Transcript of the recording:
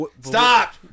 Stop